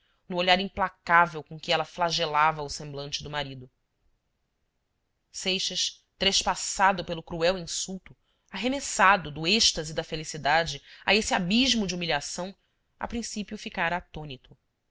no olhar implácavel com que ela flagelava o semblante do marido seixas trespassado pelo cruel insulto arremessado do êxtase da felicidade a esse abismo de humilhação a princípio ficara atônito